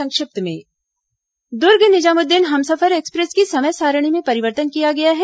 संक्षिप्त समाचार द्र्ग निजामुद्दीन हमसफर एक्सप्रेस की समय सारिणी में परिवर्तन किया गया है